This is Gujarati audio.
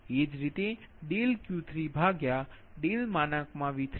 એ જ રીતે Q3V3તમને 60